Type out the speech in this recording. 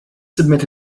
submit